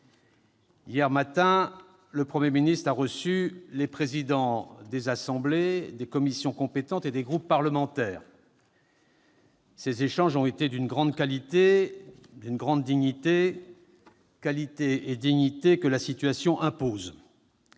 Hier matin, le Premier ministre a reçu les présidents des assemblées, des commissions compétentes et des groupes parlementaires. Ces échanges ont été d'une grande qualité et d'une grande dignité, qualité et dignité que la situation impose.